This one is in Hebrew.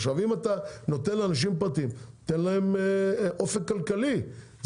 עכשיו אם אתה נותן לאנשים פרטיים תן להם אופק כלכלי,